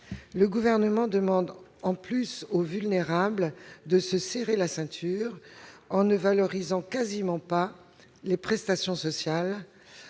le Gouvernement demande aux plus vulnérables de se serrer la ceinture en ne revalorisant quasiment pas les prestations sociales,